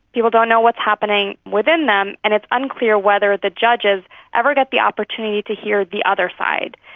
people don't know what is happening within them and it's unclear whether the judges ever get the opportunity to hear the other side.